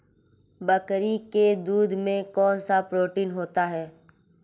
बकरी के दूध में कौनसा प्रोटीन होता है?